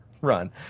run